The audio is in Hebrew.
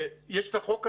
יש את החוק הצרפתי.